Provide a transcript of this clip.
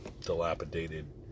dilapidated